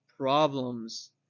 problems